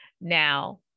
Now